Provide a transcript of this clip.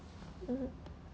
mm